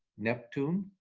neptune,